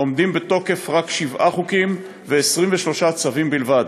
עומדים בתוקף שבעה חוקים ו-23 צווים בלבד,